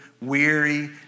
weary